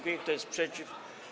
Kto jest przeciw?